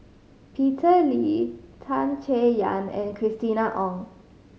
Peter Lee Tan Chay Yan and Christina Ong